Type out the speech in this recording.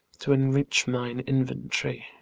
t' enrich mine inventory.